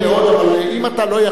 לכן קשה לי מאוד, אבל אם אתה לא יכול,